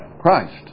Christ